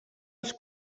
els